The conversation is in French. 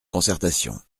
concertation